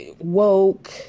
woke